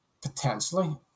potentially